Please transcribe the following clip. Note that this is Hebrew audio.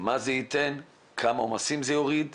מה זה ייתן וכמה עומסים זה יוריד,